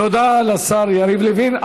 תודה לשר יריב לוין.